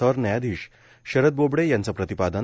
सरन्यायाधीश शरद बोबडे यांचं प्रतिपादन